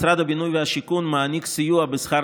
משרד הבינוי והשיכון מעניק סיוע בשכר